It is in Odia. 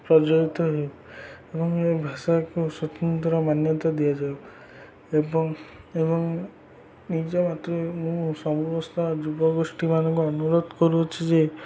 ପ୍ରଚଳିତ ହେଉ ଏବଂ ଏ ଭାଷାକୁ ସ୍ୱତନ୍ତ୍ର ମାନ୍ୟତା ଦିଆଯାଉ ଏବଂ ଏବଂ ନିଜ ମୁଁ ସମସ୍ତ ଯୁବଗୋଷ୍ଠୀମାନଙ୍କୁ ଅନୁରୋଧ କରୁଅଛି ଯେ